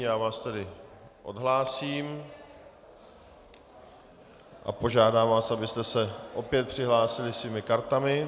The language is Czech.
Já vás tedy odhlásím a požádám vás, abyste se opět přihlásili svými kartami.